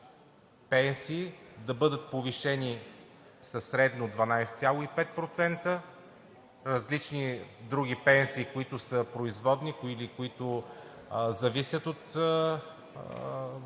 пенсии да бъдат повишени средно с 12,5%, различни други пенсии, които са производни или които зависят от минималните